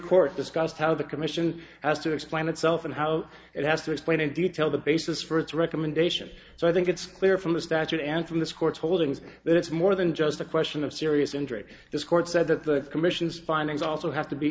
court discussed how the commission has to explain itself and how it has to explain in detail the basis for its recommendation so i think it's clear from the statute and from this court's holdings that it's more than just a question of serious injury this court said that the commission's findings also have to be